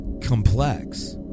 complex